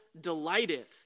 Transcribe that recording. delighteth